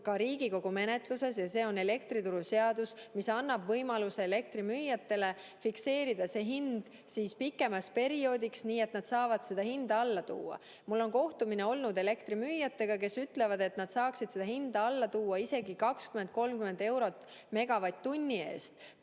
ka Riigikogu menetluses – see on elektrituruseadus – ja mis annab võimaluse elektrimüüjatele fikseerida hind pikemaks perioodiks, nii et nad saavad seda hinda alla tuua. Mul on olnud kohtumine elektrimüüjatega, kes ütlevad, et nad saaksid hinda alla tuua isegi [tasemeni] 20–30 eurot megavatt-tunni eest,